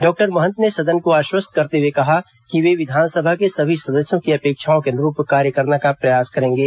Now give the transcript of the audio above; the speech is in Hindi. डॉक्टर महंत ने सदन को आश्वस्त करते हए कहा कि वे विधानसभा के सभी सदस्यों की अपेक्षाओं के अनुरूप कार्य करने का प्रयास करेंगे